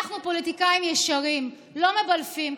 אנחנו פוליטיקאים ישרים, לא מבלפים.